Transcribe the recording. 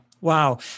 Wow